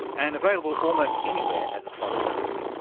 and available almost anywhere as a podcast.